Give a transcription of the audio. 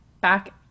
Back